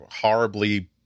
horribly